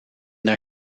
daar